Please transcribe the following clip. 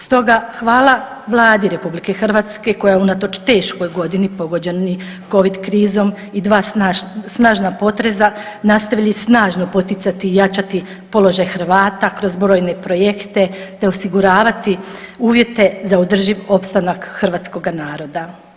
Stoga hvala Vladi RH koja je unatoč teškoj godini pogođeni Covid krizom i 2 snažna potreza nastavili snažno poticati i jačati položaj Hrvata kroz brojne projekte te osiguravati uvjete za održiv opstanak hrvatskoga naroda.